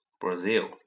Brazil